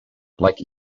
like